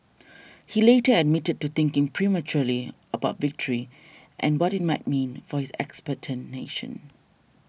he later admitted to thinking prematurely about victory and what it might mean for his expectant nation